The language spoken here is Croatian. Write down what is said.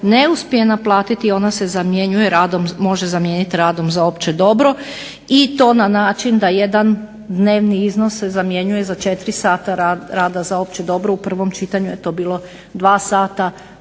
ne uspije naplatiti ona se zamijeniti radom za opće dobro i to na način da jedan dnevni iznos se zamjenjuje za 4 sata rada za opće dobro, u prvom čitanju je to bilo 2 sata